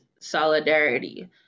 solidarity